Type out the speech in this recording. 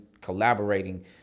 collaborating